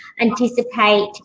anticipate